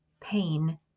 pain